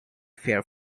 fair